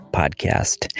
podcast